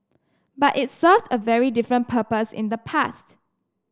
but it served a very different purpose in the past